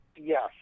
Yes